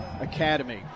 Academy